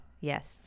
yes